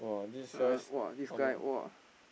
ah !wah! this guy 1wah!